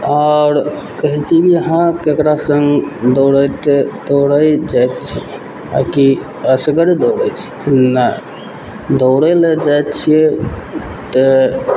आओर कहय छी जे अहाँ ककरा सङ्ग दौड़ैत दौड़य जाइत छी आओर कि असगरे दौड़य छी नहि दौड़य लए जाइ छियै तऽ